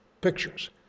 pictures